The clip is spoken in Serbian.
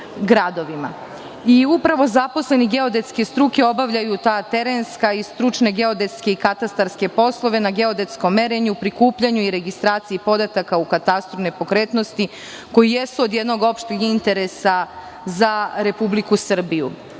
zaposleni geodetske struke obavljaju ta terenska i stručne geodetske i katastarske poslove na geodetskom merenju, prikupljanju i registraciji podataka u katastru nepokretnosti, koji jesu od jednog opšteg interesa za Republiku Srbiju.